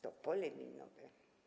To pole minowe.